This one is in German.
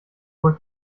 wohl